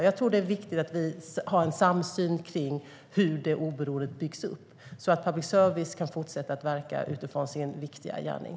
Jag tror att det är viktigt att vi har en samsyn kring hur det oberoendet byggs upp så att public service kan fortsätta att verka utifrån sin viktiga gärning.